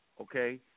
okay